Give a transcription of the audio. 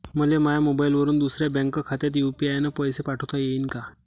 मले माह्या मोबाईलवरून दुसऱ्या बँक खात्यात यू.पी.आय न पैसे पाठोता येईन काय?